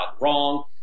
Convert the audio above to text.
Wrong